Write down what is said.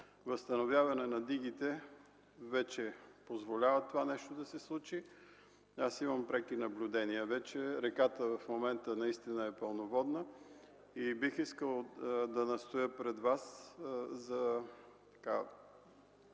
възстановяване на дигите вече позволяват това нещо да се случи. Имам преки наблюдения: реката в момента е пълноводна и бих искал да настоя пред Вас за